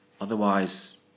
Otherwise